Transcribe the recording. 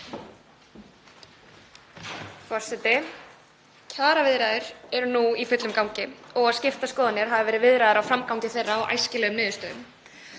Forseti. Kjaraviðræður eru nú í fullum gangi þó að skiptar skoðanir hafi verið viðraðar á framgangi þeirra og æskilegum niðurstöðum.